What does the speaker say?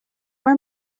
were